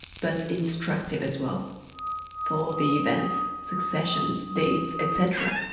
but instructive as well for the events, successions, dates, etc,